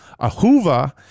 Ahuva